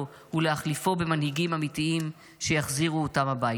ולהחליפו במנהיגים אמיתיים שיחזירו אותם הביתה.